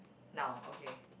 now okay